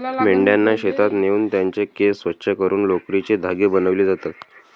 मेंढ्यांना शेतात नेऊन त्यांचे केस स्वच्छ करून लोकरीचे धागे बनविले जातात